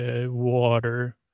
water